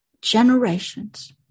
generations